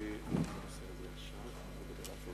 2796 ו-2825.